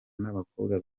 n’abakobwa